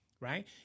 Right